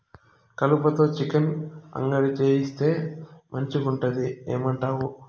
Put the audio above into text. కలుపతో చికెన్ అంగడి చేయిస్తే మంచిగుంటది ఏమంటావు